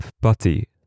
butty